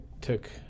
took